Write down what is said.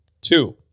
Two